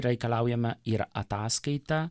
reikalaujama ir ataskaita